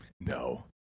No